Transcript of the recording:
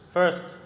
First